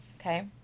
Okay